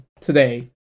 today